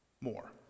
more